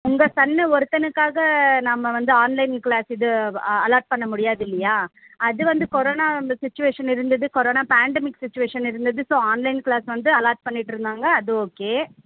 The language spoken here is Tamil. உங்கள் சன்னு ஒருத்தருக்காக நம்ம வந்து ஆன்லைன் க்ளாஸ் இது அலாட் பண்ண முடியாது இல்லையா அது வந்து கொரோனா அந்த சுச்சுவேஷன் இருந்தது கொரோனா பேண்டமிக் சுச்சுவேஷன் இருந்தது ஸோ ஆன்லைன் க்ளாஸ் வந்து அலாட் பண்ணிட்டுருந்தாங்க அது ஓகே